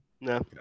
No